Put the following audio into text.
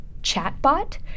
chatbot